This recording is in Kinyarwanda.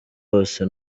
hose